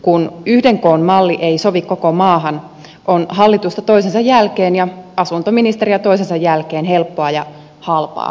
kun yhden koon malli ei sovi koko maahan on hallitusta toisensa jälkeen ja asuntoministeriä toisensa jälkeen helppoa ja halpaa moittia